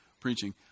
preaching